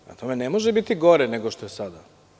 Prema tome, ne može biti gore nego što je sada.